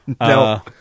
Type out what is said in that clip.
No